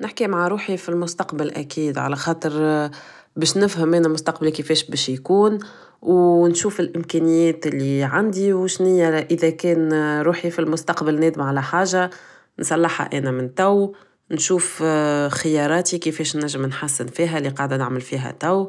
نحكي مع روحي فلمستقبل اكيد علخاطر بش نفهم انا مستقبلي كيفاش بش يكون و نشوف الامكانيات اللي عندي و شنية اذا كان روحي فالنستقبل نادمة على حاجة نصلحها انا من توا نشوف خياراتي كيفاش نجم نحسن فيها اللي قاعدة نعمل فيها توا